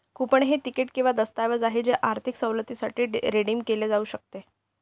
coupon हे ticket किंवा दस्तऐवज आहे जे आर्थिक सवलतीसाठी रिडीम केले जाऊ शकते